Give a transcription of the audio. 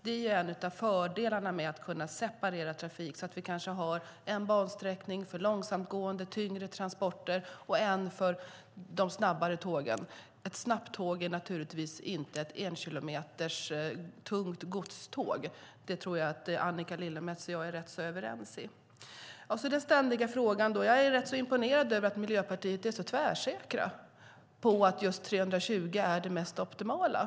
Då är en av fördelarna med att kunna separera trafik att vi kan ha en bansträckning för långsamgående tyngre transporter och en för de snabbare tågen. Ett snabbt tåg är naturligtvis inte ett kilometerlångt, tungt godståg. Det tror jag att Annika Lillemets och jag kan vara överens om. Jag är imponerad över att man i Miljöpartiet är så tvärsäker på att just 320 kilometer i timmen är det mest optimala.